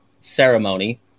ceremony